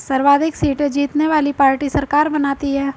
सर्वाधिक सीटें जीतने वाली पार्टी सरकार बनाती है